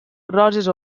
roses